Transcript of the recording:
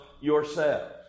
yourselves